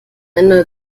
eine